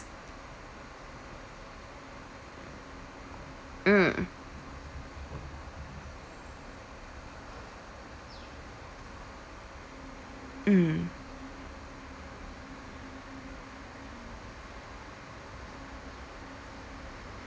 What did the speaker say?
mm mm